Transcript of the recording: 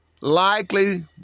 likely